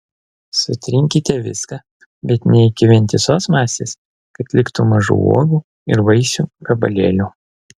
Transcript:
sutrinkite viską bet ne iki vientisos masės kad liktų mažų uogų ir vaisių gabalėlių